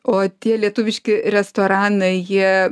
o tie lietuviški restoranai jie